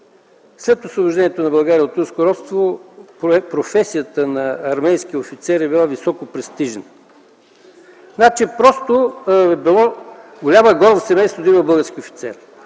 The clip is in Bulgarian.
След Освобождението на България от турско робство професията на армейския офицер е била високо престижна. Било е голяма гордост в семейството да има български офицер.